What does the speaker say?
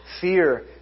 fear